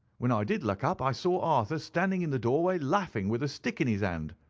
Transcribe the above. when i did look up i saw arthur standing in the doorway laughing, with a stick in his hand.